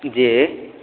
जी